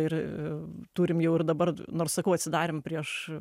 ir a turim jau ir dabar nors sakau atsidarėm prieš